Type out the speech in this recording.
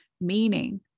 meaning